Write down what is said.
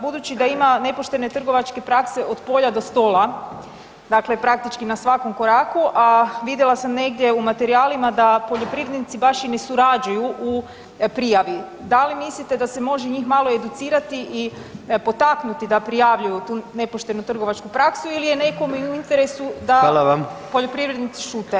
Budući da ima nepoštene trgovačke prakse od polja do stola, dakle praktički na svakom koraku, a vidjela sam negdje u materijalima da poljoprivrednici baš i ne surađuju u prijavi, da li mislite da se može njih malo educirati i potaknuti da prijavljuju tu nepoštenu trgovačku praksu ili je nekome u interesu da [[Upadica: Hvala vam.]] poljoprivrednici šute?